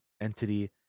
entity